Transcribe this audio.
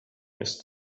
ist